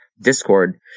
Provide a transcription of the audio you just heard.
Discord